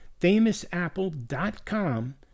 famousapple.com